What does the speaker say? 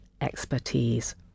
expertise